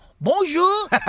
bonjour